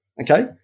Okay